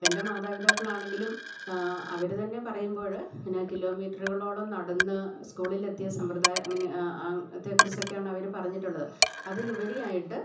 എൻ്റെ മാതാപിതാക്കളാണെങ്കിലും അവര് തന്നെ പറയുമ്പോള് എന്നാ കിലോമീറ്ററുകളോളം നടന്ന് സ്കൂളിലെത്തിയ സമ്പ്രദായ അങ്ങനെ ആ അതിനെക്കുറിച്ചൊക്കെയാണവര് പറഞ്ഞിട്ടുള്ളത് അതിലുപരിയായിട്ട്